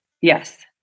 Yes